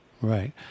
Right